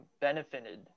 benefited